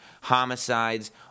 homicides